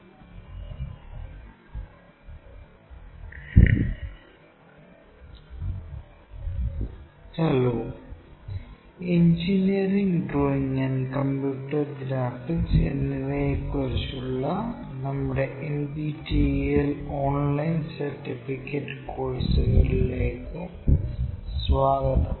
orthographic projection II part 5 hello engineering drawing and computer graphics എന്നിവയെക്കുറിച്ചുള്ള നമ്മുടെ NPTEL online certification കോഴ്സുകളിലേക്ക് സ്വാഗതം